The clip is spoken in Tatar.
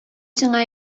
сиңа